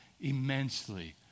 immensely